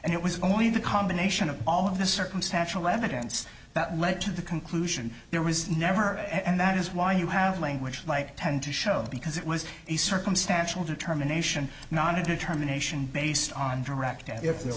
and it was only the combination of all of the circumstantial evidence that led to the conclusion there was never and that is why you have language might tend to show because it was a circumstantial determination not a determination based on direct if there